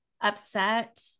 upset